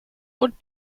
und